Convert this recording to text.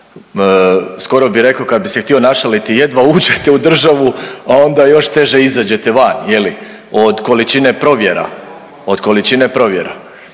skoro bih rekao, kad bih se htio našaliti, jedva uđete u državu, a onda još teže izađete van, je li, od količine provjera, od količine provjera.